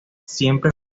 siempre